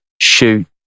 shoot